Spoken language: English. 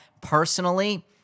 Personally